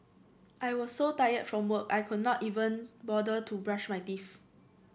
I was so tired from work I could not even bother to brush my teeth